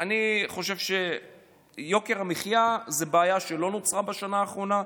אני חושב שיוקר המחיה זו בעיה שלא נוצרה בשנה האחרונה.